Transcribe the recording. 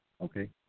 Okay